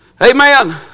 Amen